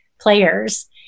players